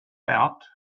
out